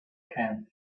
camp